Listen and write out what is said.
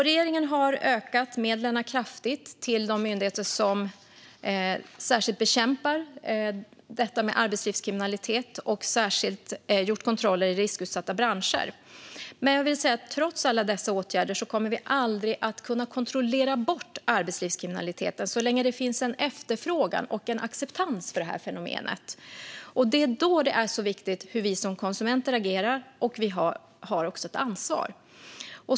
Regeringen har kraftigt ökat medlen till de myndigheter som särskilt bekämpar arbetslivskriminalitet och gjort kontroller i riskutsatta branscher. Men trots alla dessa åtgärder kommer vi aldrig att kunna kontrollera bort arbetslivskriminaliteten så länge det finns en efterfrågan och en acceptans. Då är det viktigt hur vi som konsumenter agerar, och vi har också ett ansvar.